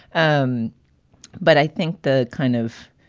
um but i think the kind of.